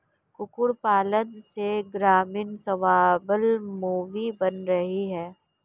कुक्कुट पालन से ग्रामीण स्वाबलम्बी बन रहे हैं